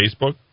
Facebook